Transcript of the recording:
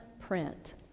print